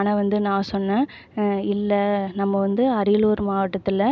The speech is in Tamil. ஆனால் வந்து நான் சொன்னேன் இல்லை நம்ம வந்து அரியலூர் மாவட்டத்தில்